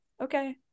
Okay